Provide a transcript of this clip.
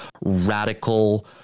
radical